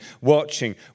watching